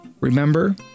Remember